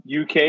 UK